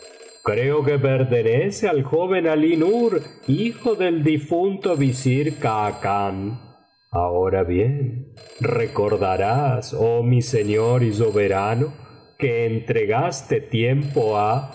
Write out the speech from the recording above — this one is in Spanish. creo que pertenece al joven alí nur hijo del difunto visir khacan ahora bien recordarás oh mi señor y soberado que entregaste tiempo ha